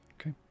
Okay